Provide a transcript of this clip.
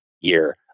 year